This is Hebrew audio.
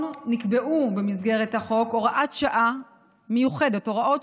נקבעו במסגרת החוק הוראות שעה מיוחדות